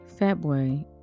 Fatboy